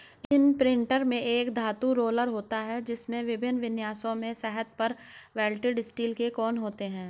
imprinter में एक धातु रोलर होता है, जिसमें विभिन्न विन्यासों में सतह पर वेल्डेड स्टील के कोण होते हैं